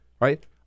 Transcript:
right